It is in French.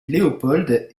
léopold